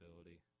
ability